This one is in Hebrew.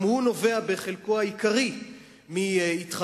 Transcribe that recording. גם היא נובעת בחלקה העיקרי מהתחממות.